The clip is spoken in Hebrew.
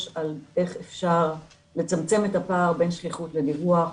על איך אפשר לצמצם את הפער בין שליחות לדיווח.